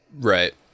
right